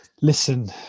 Listen